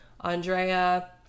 Andrea